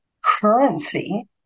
currency